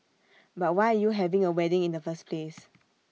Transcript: but why are you having A wedding in the first place